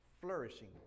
flourishing